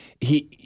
He